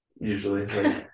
usually